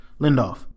Lindoff